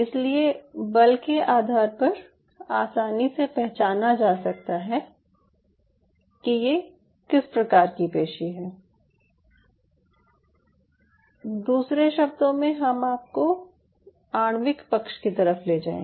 इसलिए बल के आधार पर आसानी से पहचाना जा सकता है कि ये किस प्रकार की पेशी हैं दूसरे शब्दों में हम आपको आणविक पक्ष की तरफ ले जाएं